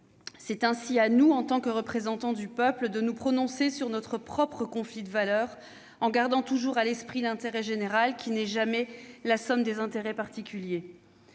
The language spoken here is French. c'est à nous, en tant que représentants du peuple, de nous prononcer sur notre propre conflit de valeurs, en gardant toujours à l'esprit l'intérêt général, qui n'est jamais la somme des intérêts particuliers.